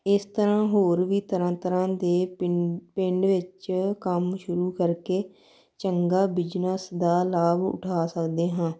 ਇਸ ਤਰ੍ਹਾਂ ਹੋਰ ਵੀ ਤਰ੍ਹਾਂ ਤਰ੍ਹਾਂ ਦੇ ਪਿੰ ਪਿੰਡ ਵਿੱਚ ਕੰਮ ਸ਼ੁਰੂ ਕਰਕੇ ਚੰਗਾ ਬਿਜਨਸ ਦਾ ਲਾਭ ਉਠਾ ਸਕਦੇ ਹਾਂ